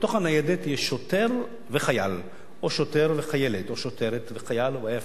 ובתוך הניידת יש שוטר וחייל או שוטר וחיילת או שוטרת וחייל או להיפך,